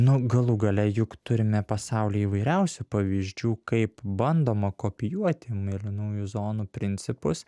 nu galų gale juk turime pasauly įvairiausių pavyzdžių kaip bandoma kopijuoti mėlynųjų zonų principus